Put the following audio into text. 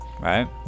right